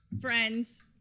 friends